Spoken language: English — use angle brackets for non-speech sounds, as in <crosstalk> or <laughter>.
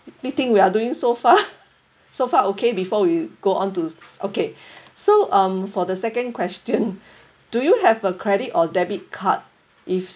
think we're doing so far <laughs> so far okay before we go onto s~ s~ okay so um for the second question do you have a credit or debit card if